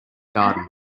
garden